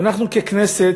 ואנחנו ככנסת,